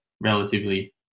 relatively